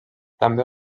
també